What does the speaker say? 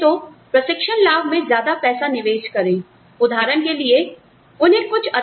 हो सके तो प्रशिक्षण लाभ में ज्यादा पैसा निवेश करें